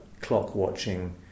clock-watching